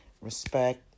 respect